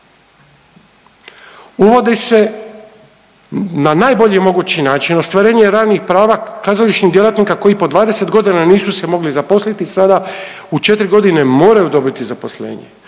Uvodi se na najbolji mogući način ostvarenje radnih prava kazališnih djelatnika koji po 20 godina nisu se mogli zaposliti i sada u 4 godine moraju dobiti zaposlenje.